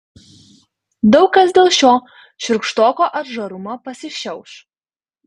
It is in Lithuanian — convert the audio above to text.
daug kas dėl šio šiurkštoko atžarumo pasišiauš